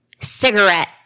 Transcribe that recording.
cigarette